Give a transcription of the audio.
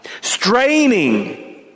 straining